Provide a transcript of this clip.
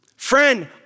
Friend